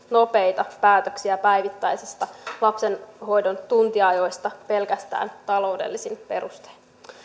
nopeita päätöksiä päivittäisistä lapsen hoidon tuntiajoista pelkästään taloudellisin perustein